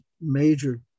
major